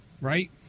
right